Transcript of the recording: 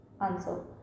Answer